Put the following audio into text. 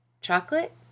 Chocolate